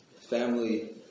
Family